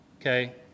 okay